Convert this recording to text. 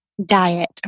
diet